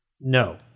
No